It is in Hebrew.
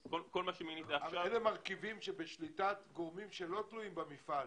אלה מרכיבים שבשליטת גורמים שלא תלויים במפעל.